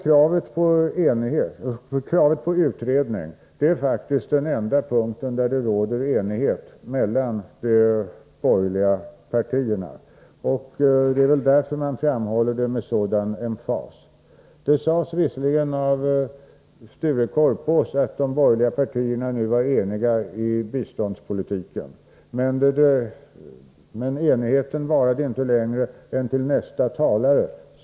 Kravet på en utredning är faktiskt den enda punkt där det råder enighet mellan de borgerliga partierna. Det är väl därför som man framhåller den med en sådan emfas. Sture Korpås sade visserligen att de borgerliga partierna nu var eniga i fråga om biståndspolitiken. Men den enigheten varade inte längre än till nästa talare.